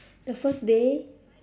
the first day